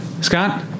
Scott